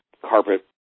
carpet